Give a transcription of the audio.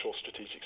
strategic